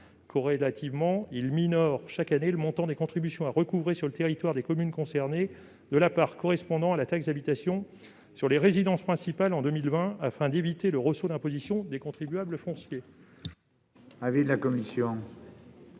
tend à minorer chaque année le montant des contributions à recouvrer sur le territoire des communes concernées de la part correspondant à la taxe d'habitation sur les résidences principales en 2020, afin d'éviter le ressaut d'imposition des contribuables fonciers. Quel est l'avis de la commission